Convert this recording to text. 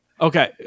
okay